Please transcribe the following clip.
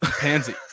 pansy